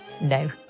no